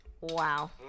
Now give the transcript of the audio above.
Wow